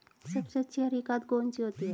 सबसे अच्छी हरी खाद कौन सी होती है?